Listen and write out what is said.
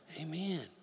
Amen